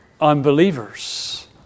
unbelievers